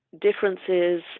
differences